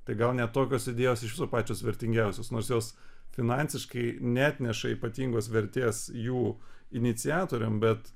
tai gal net tokios idėjos pačios vertingiausios nors jos finansiškai neatneša ypatingos vertės jų iniciatoriam bet